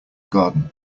garden